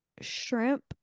shrimp